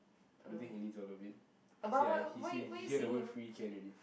I don't think he needs all of it he say I he say he hear the word free can already